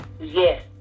Yes